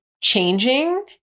changing